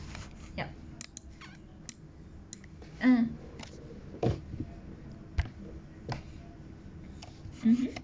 yup mm mmhmm